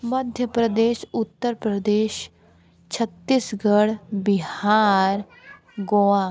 Madhya Pradesh Uttar Pradesh Chhattisgarh Bihar Goa